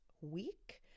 week